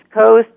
Coast